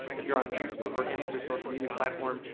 if you're on facebook or any other social media platform,